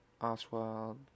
Oswald